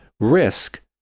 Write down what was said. risk